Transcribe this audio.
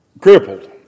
crippled